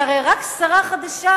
אני הרי רק שרה חדשה,